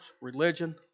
religion